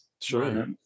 Sure